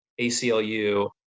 ACLU